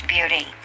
Beauty